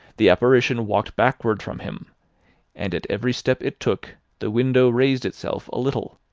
the apparition walked backward from him and at every step it took, the window raised itself a little,